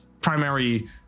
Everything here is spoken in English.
primary